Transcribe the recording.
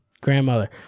grandmother